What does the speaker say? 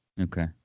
Okay